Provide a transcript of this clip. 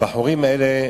הבחורים האלה,